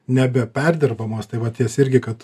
nebeperdirbamos tai vat jas irgi kad